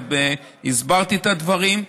אבל הסברתי את הדברים.